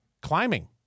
Climbing